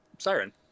Siren